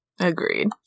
Agreed